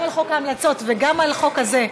גם על חוק ההמלצות וגם על החוק הזה,